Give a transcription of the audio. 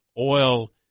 oil